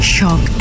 Shock